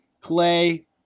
Clay